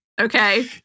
Okay